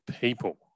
people